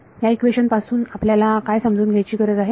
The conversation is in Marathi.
ह्या इक्वेशन पासून आपल्याला काय समजून घ्यायची गरज आहे